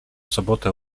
sobotę